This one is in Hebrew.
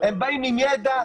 הם באים עם ידע,